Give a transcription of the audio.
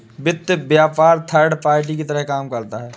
वित्त व्यापार third party की तरह काम करता है